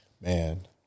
Man